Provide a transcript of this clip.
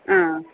ആ